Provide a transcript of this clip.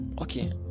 okay